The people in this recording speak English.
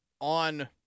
on